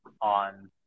on